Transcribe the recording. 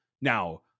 Now